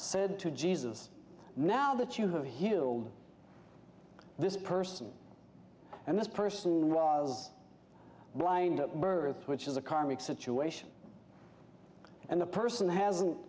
to jesus now that you have healed this person and this person was blind birth which is a karmic situation and the person hasn't